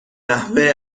نحوه